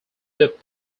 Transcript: loop